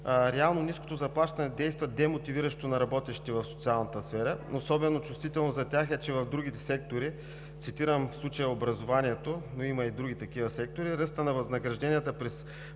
Реално ниското заплащане действа демотивиращо на работещите в социалната сфера. Особено чувствително за тях е, че в другите сектори – цитирам в случая образованието, но има и други такива, ръстът на възнагражденията през